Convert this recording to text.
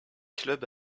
clubs